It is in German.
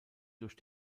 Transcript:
durch